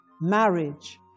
Marriage